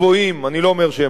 אני לא אומר שהם הכי גבוהים,